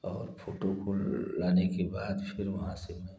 और फोटो को लाने के बाद फिर वहाँ से मैं